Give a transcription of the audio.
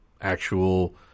actual